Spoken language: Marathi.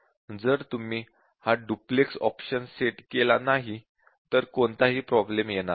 जर तुम्ही हा डुप्लेक्स ऑप्शन सेट केला नाही तर कोणताही प्रॉब्लेम येणार नाही